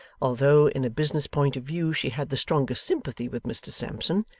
although in a business point of view she had the strongest sympathy with mr sampson,